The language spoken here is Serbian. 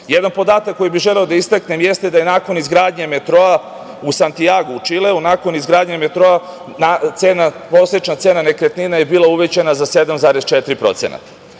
podatak koji želim da istaknem jeste da je nakon izgradnje metroa u Santjagu u Čileu, nakon izgradnje metroa, prosečna cena nekretnina je bila uvećana za 7,4%.